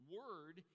word